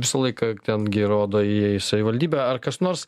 visą laiką ten gi rodo į savivaldybę ar kas nors